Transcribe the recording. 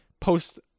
post-